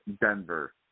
Denver